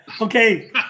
Okay